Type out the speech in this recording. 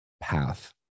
path